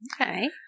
Okay